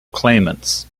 claimants